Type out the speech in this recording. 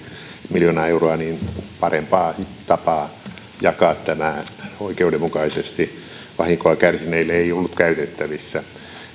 miljoonaa euroa niin parempaa tapaa jakaa tämä oikeudenmukaisesti vahinkoa kärsineille ei ollut käytettävissä